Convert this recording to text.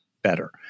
better